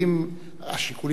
השיקולים הם רק ביטחוניים?